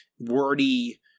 wordy